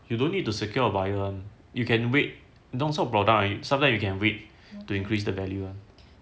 you don't need to secure a buyer [one] you can wait you know sell product sometimes you can wait to increase the value [one]